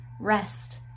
rest